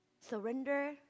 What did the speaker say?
Surrender